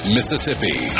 Mississippi